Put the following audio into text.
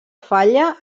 falla